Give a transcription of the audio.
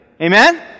Amen